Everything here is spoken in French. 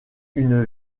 une